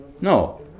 No